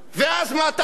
ואז מה תעשה?